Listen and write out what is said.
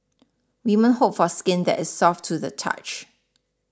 women hope for skin that is soft to the touch